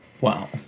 Wow